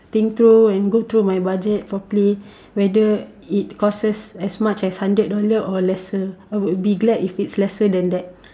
think through and go through my budget properly whether it crosses as much as hundred dollar or lesser I would be glad if its lesser than that